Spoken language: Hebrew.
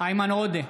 איימן עודה,